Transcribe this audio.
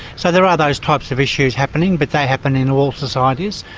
so there are those types of issues happening, but they happen in all societies.